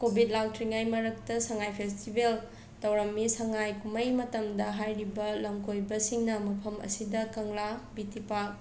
Covid ꯂꯥꯛꯇ꯭ꯔꯤꯉꯩ ꯃꯔꯛꯇ Sangai festival ꯇꯧꯔꯝꯃꯤ ꯁꯉꯥꯏ ꯀꯨꯝꯍꯩ ꯃꯇꯝꯗ ꯍꯥꯏꯔꯤꯕ ꯂꯝꯀꯣꯏꯕꯁꯤꯡꯅ ꯃꯐꯝ ꯑꯁꯤꯗ ꯀꯪꯂꯥ ꯕꯤ ꯇꯤ ꯄꯥꯛ